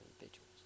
individuals